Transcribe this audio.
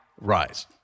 rise